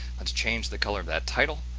let's change the color of that title